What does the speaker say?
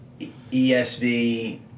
ESV